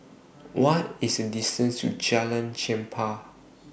What IS The distance to Jalan Chempah